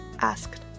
asked